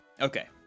Okay